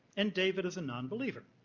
and david as a none believer.